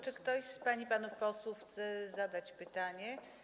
Czy ktoś z pań i panów posłów chce zadać pytanie?